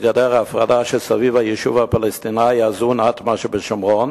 גדר ההפרדה שסביב היישוב הפלסטיני עזון-עת'מה שבשומרון,